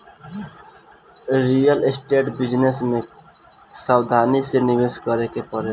real estate business में सावधानी से निवेश करे के पड़ेला